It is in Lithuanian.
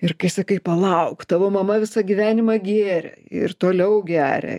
ir kai sakai palauk tavo mama visą gyvenimą gėrė ir toliau geria